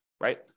Right